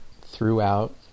throughout